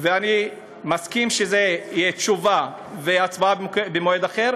אני מסכים שתשובה והצבעה יהיו במועד אחר,